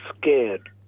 scared